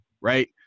right